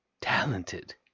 talented